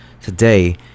today